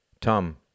Tom